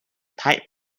tight